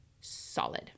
solid